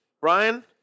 Brian